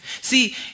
See